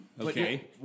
Okay